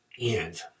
end